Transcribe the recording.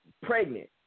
pregnant